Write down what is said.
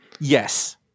Yes